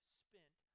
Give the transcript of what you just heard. spent